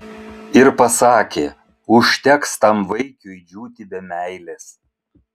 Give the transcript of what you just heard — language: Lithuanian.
ir pasakė užteks tam vaikiui džiūti be meilės